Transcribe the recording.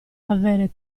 avere